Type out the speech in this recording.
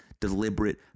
deliberate